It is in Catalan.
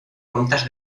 comptes